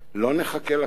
לא נחכה לקיץ.